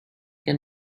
can